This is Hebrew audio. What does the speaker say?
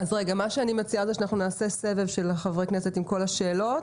מה שאני מציעה זה שאנחנו נעשה סבב של חברי הכנסת עם כל השאלות,